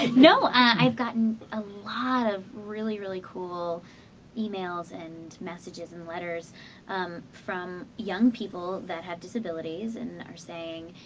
no, i've gotten a lot of really, really cool emails, and messages, and letters from young people that have disabilities. and, are saying,